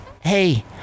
hey